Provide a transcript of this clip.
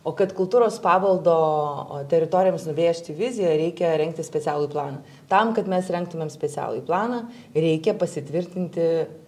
o kad kultūros paveldo teritorijoms nubrėžti viziją reikia rengti specialųjį planą tam kad mes rengtumėm specialųjį planą reikia pasitvirtinti